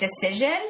decision